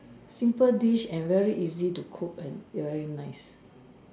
simple dish and very easy to cook and very nice